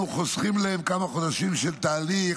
אנחנו חוסכים להם כמה חודשים של תהליך,